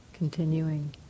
continuing